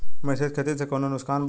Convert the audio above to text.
मिश्रित खेती से कौनो नुकसान बा?